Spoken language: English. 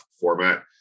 format